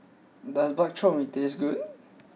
does Bak Chor Mee taste good